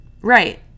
right